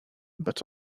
but